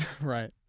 Right